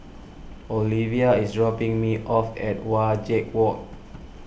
Alvia is dropping me off at Wajek Walk